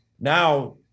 Now